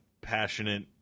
passionate